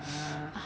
ah